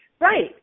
Right